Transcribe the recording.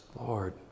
Lord